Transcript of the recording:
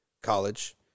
college